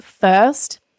first